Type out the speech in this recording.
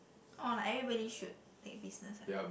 oh like everybody should take business lah